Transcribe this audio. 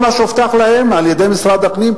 שאופקים ונתיבות מוכרים כאזור עדיפות א' לצורכי חינוך,